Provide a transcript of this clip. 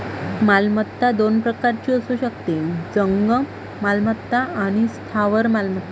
मालमत्ता दोन प्रकारची असू शकते, जंगम मालमत्ता आणि स्थावर मालमत्ता